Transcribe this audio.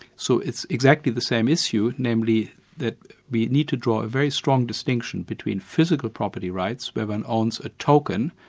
so it's exactly the same issue, namely that we need to draw a very strong distinction between physical property rights, where one owns a token,